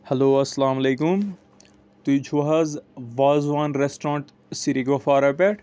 hello اسلام علیکم تُہۍ چھو حظ وازوان رٮ۪سٹرونٹ سری گفوارا پٮ۪ٹھ